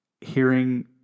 hearing